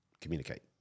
communicate